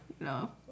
No